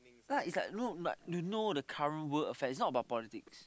yeah is like no like you know the current world affairs is not about politics